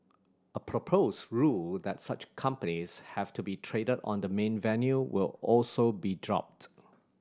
a proposed rule that such companies have to be traded on the main venue will also be dropped